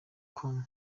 com